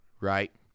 right